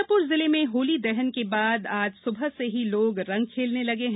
शाजापुर जिले में होली दहन के बाद आज सुबह से ही लोग रंग खेलने लगे हैं